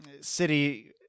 city